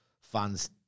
fans